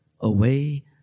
away